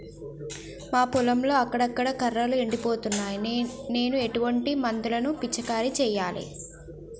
మా పొలంలో అక్కడక్కడ కర్రలు ఎండిపోతున్నాయి నేను ఎటువంటి మందులను పిచికారీ చెయ్యాలే?